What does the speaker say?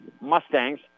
Mustangs